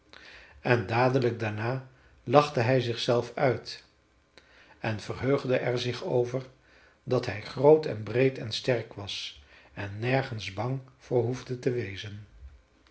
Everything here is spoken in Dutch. en dadelijk daarna lachte hij zichzelf uit en verheugde er zich over dat hij groot en breed en sterk was en nergens bang voor hoefde te wezen